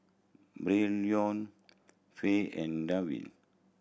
Braylon Fay and Dwain